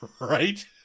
right